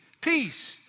peace